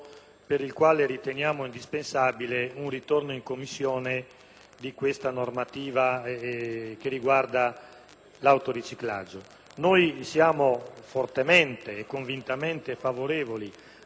della normativa che riguarda l'autoriciclaggio. Noi siamo fortemente e convintamente favorevoli a una riformulazione delle norme di cui agli articoli 648-*bi*s